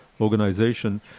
organization